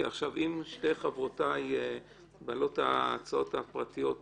אם שתי חברותיי בעלות ההצעות הפרטיות מסכימות,